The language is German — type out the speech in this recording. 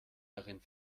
darin